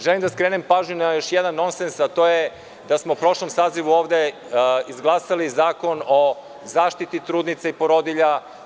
Želim da skrenem pažnju na još jedan nonsens, a to je da smo u prošlom sazivu ovde izglasali Zakon o zaštiti trudnica i porodilja.